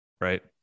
right